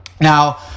now